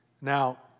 Now